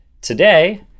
today